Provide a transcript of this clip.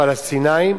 הפלסטינים,